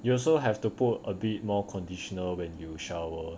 you also have to put a bit more conditioner when you shower